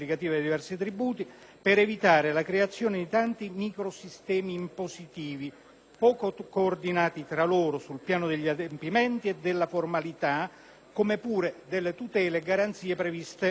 poco coordinati tra loro sul piano degli adempimenti e della formalità, come pure delle tutele delle garanzie previste dallo statuto dei diritti del contribuente. Quest'ultimo